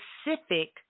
specific